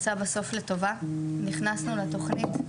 שלה יצאה בסוף ממש לטובה ואנחנו נכנסנו לתוכנית.